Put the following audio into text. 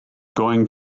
going